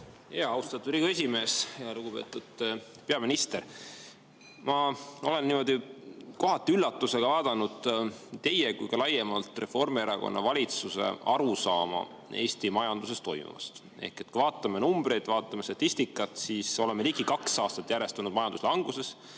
Austatud Riigikogu esimees! Lugupeetud peaminister! Ma olen kohati üllatusega vaadanud nii teie kui ka laiemalt Reformierakonna valitsuse arusaama Eesti majanduses toimuvast. Kui vaatame numbreid, vaatame statistikat, siis [näeme, et] oleme ligi kaks aastat järjest olnud majanduslanguses.